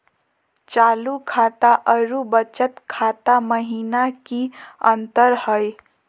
चालू खाता अरू बचत खाता महिना की अंतर हई?